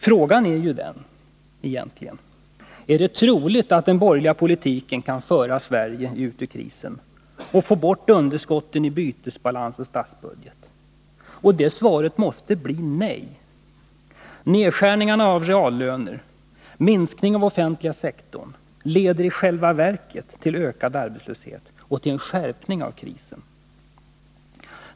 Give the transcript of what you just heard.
Frågan är ju egentligen: Är det troligt att den borgerliga politiken kan föra Sverige ut ur krisen och få bort underskotten i bytesbalansen och statsbudgeten? Svaret måste bli nej. Nedskärningar av reallöner, minskning av den offentliga sektorn leder i själva verket till ökad arbetslöshet och till en skärpning av krisen.